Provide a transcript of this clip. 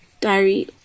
diary